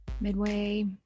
Midway